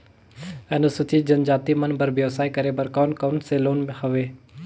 अनुसूचित जनजाति मन बर व्यवसाय करे बर कौन कौन से लोन हवे?